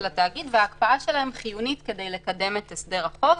התאגיד וההקפאה שלהם חיונית כדי לקדם את הסדר החוב.